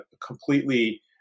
completely